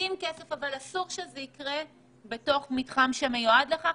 עם כסף אבל אסור שזה יקרה בתוך מתחם שמיועד לכך.